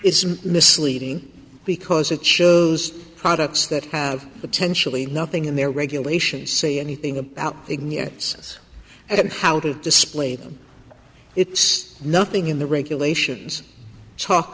is misleading because it shows products that have potentially nothing in their regulations say anything about igneous at how to display them it's nothing in the regulations talk